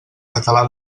català